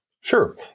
Sure